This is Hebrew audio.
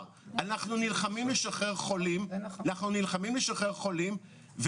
אין יום שבחדר מיון לא ממתינים 30-20 חולים למיטות בפנימיות.